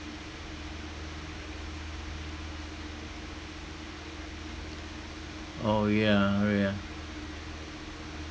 oh yeah yeah